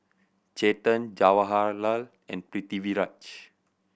Chetan Jawaharlal and Pritiviraj